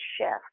chef